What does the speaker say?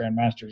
grandmasters